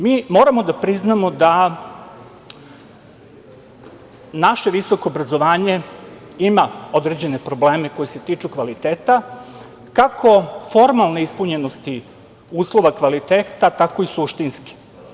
Mi moramo da priznamo da naše visoko obrazovanje ima određene probleme koji se tiču kvaliteta, kako formalne ispunjenosti uslova kvaliteta, tako i suštinske.